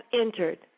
entered